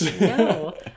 No